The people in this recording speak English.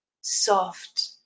soft